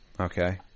Okay